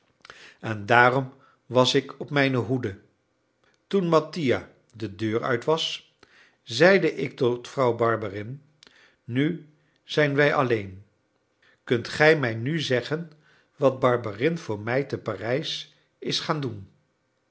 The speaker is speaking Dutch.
en daarom was ik op mijn hoede toen mattia de deur uit was zeide ik tot vrouw barberin nu zijn wij alleen kunt gij mij nu zeggen wat barberin voor mij te parijs is gaan doen